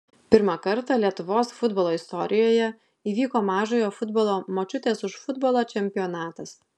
pirmą kartą lietuvos futbolo istorijoje įvyko mažojo futbolo močiutės už futbolą čempionatas